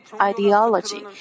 ideology